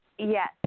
Yes